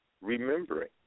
remembering